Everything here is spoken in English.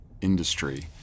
industry